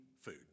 food